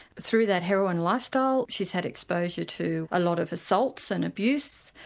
through that heroin lifestyle she's had exposure to a lot of assaults and abuse,